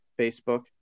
Facebook